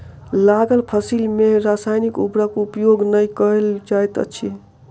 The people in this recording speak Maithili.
लागल फसिल में रासायनिक उर्वरक उपयोग नै कयल जाइत अछि